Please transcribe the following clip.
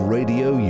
Radio